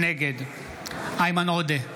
נגד איימן עודה,